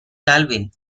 calvin